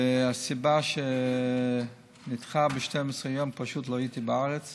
והסיבה שזה נדחה ב-12 יום זה פשוט כי לא הייתי בארץ